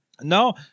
No